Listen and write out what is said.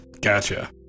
Gotcha